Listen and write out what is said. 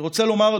אני רוצה לומר,